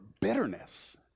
bitterness